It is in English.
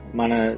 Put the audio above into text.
mana